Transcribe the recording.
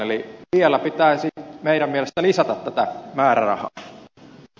eli vielä pitäisi meidän mielestämme lisätä tätä määrärahaa